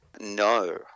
No